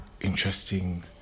interesting